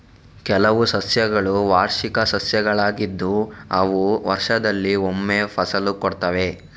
ಕೆಲವು ಸಸ್ಯಗಳು ವಾರ್ಷಿಕ ಸಸ್ಯಗಳಾಗಿದ್ದು ಅವು ವರ್ಷದಲ್ಲಿ ಒಮ್ಮೆ ಫಸಲು ಕೊಡ್ತವೆ